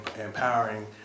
empowering